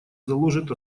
заложит